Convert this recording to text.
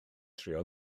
trio